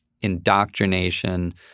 indoctrination